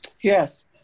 Yes